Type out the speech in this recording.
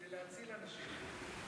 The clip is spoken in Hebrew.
כדי להציל אנשים.